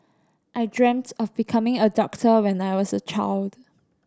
I dreamt of becoming a doctor when I was a child